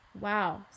wow